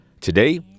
today